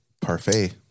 Parfait